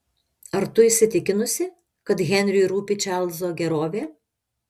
ar tu įsitikinusi kad henriui rūpi čarlzo gerovė